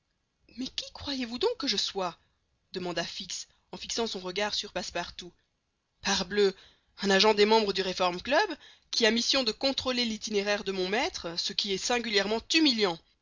mais qui croyez-vous donc que je sois demanda fix en fixant son regard sur passepartout parbleu un agent des membres du reform club qui a mission de contrôler l'itinéraire de mon maître ce qui est singulièrement humiliant